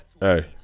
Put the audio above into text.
Hey